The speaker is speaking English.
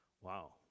Wow